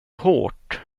hårt